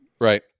Right